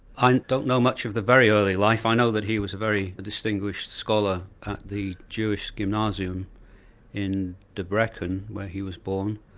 i don't know much of the very early life i know that he was a very distinguished scholar at the jewish gymnasium in debrecen where he was born.